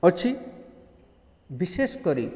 ଅଛି ବିଶେଷ କରି